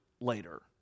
later